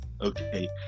Okay